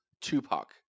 Tupac